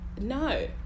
no